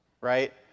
right